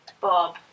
Bob